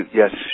yes